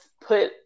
put